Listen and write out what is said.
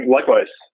Likewise